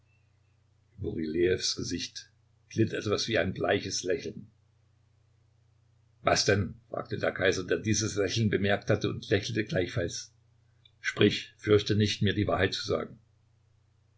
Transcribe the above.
gesicht glitt etwas wie ein bleiches lächeln was denn fragte der kaiser der dieses lächeln bemerkt hatte und lächelte gleichfalls sprich fürchte nicht mir die wahrheit zu sagen